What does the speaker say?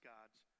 God's